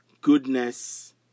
Goodness